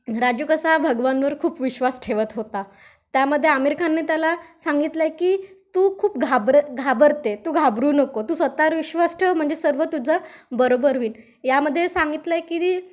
राजू कसा भगवानवर खूप विश्वास ठेवत होता त्यामध्ये आमीर खाननी त्याला सांगितलं की तू खूप घाबरत घाबरते तू घाबरू नको तू स्वतःवर विश्वास ठेव म्हणजे सर्व तुझं बरोबर होईल यामध्ये सांगितलं आहे की